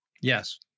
Yes